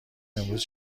امروز